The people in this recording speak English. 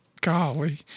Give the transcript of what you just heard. Golly